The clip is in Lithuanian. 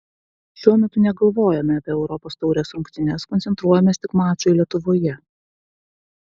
šiuo metu negalvojame apie europos taurės rungtynes koncentruojamės tik mačui lietuvoje